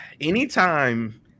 anytime